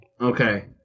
Okay